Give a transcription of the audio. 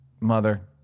mother